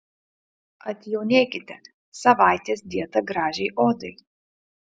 atjaunėkite savaitės dieta gražiai odai